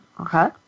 okay